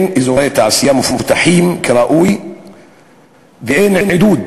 אין אזורי תעשייה מפותחים כראוי ואין עידוד